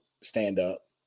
stand-up